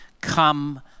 Come